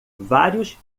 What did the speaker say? vários